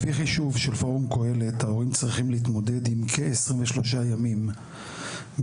לפי חישוב של פורום קהלת ההורים צריכים להתמודד עם כ-23 ימים בשנה,